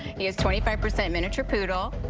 he's twenty five percent miniature poodle.